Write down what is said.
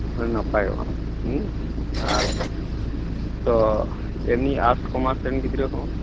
ᱥᱮ ᱱᱟᱯᱟᱭᱚᱜᱼᱟ ᱟᱨ ᱛᱚ ᱮᱢᱱᱤ ᱟᱨᱴᱥ ᱠᱚᱢᱟᱨᱥ ᱨᱮᱱ ᱜᱤᱫᱽᱨᱟᱹ ᱦᱚᱸ